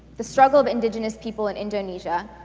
the struggle of indigenous people in indonesia,